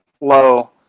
low